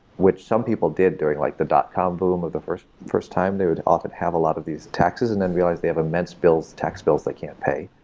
which some people did during like the dot com boom of the first first time, they would often have a lot of these taxes and then realize they have immense bills, tax bills they can't pay.